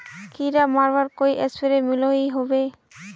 कीड़ा मरवार कोई स्प्रे मिलोहो होबे?